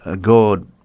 God